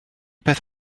peth